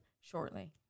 shortly